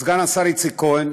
סגן השר איציק כהן